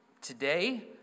today